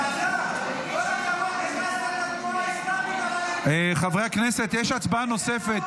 ההצעה להעביר לוועדה את הצעת חוק-יסוד: ישראל,